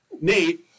Nate